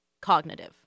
cognitive